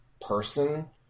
person